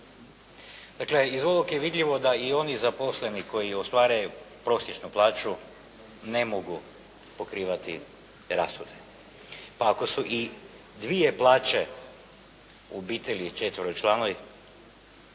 Dakle iz ovoga je vidljivo da i oni zaposleni koji ostvare prosječnu plaću ne mogu pokrivati rashode. Pa ako su i dvije plaće u obitelji četveročlanoj,